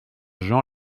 jean